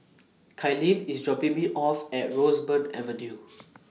Kylene IS dropping Me off At Roseburn Avenue